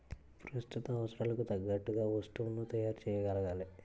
ప్రస్తుత అవసరాలకు తగ్గట్టుగా వస్తువులను తయారు చేయగలగాలి